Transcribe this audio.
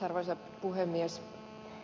arvoisa puhemies